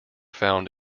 found